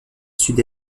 sud